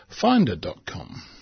finder.com